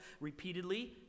repeatedly